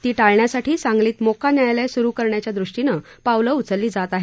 ती टाळण्यासाठी सांगलीत मोक्का न्यायालय स्रू करण्याच्या दृष्टीनं पावलं उचलली जात आहेत